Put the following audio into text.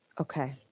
Okay